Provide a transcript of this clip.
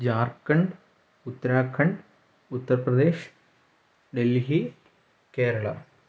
Jharkhand Uttarakhand Uttar Pradesh Delhi Kerala